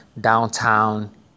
downtown